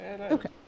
okay